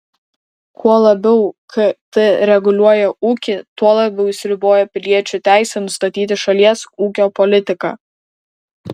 kuo labiau kt reguliuoja ūkį tuo labiau jis riboja piliečių teisę nustatyti šalies ūkio politiką